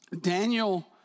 Daniel